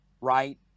right